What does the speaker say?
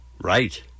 Right